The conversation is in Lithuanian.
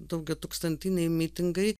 daugiatūkstantiniai mitingai